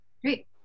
Great